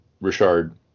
Richard